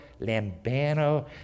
Lambano